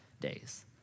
days